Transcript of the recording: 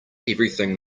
everything